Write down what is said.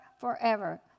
forever